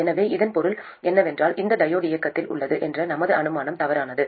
எனவே இதன் பொருள் என்னவென்றால் இந்த டையோடு இயக்கத்தில் உள்ளது என்ற நமது அனுமானம் தவறானது